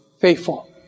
faithful